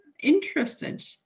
interested